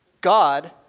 God